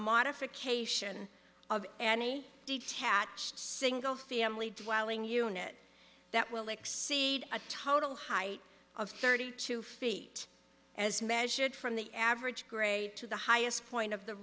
modification of detached single family dwelling unit that will exceed a total height of thirty two feet as measured from the average grade to the highest point of the